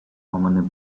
commonly